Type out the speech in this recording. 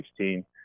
2016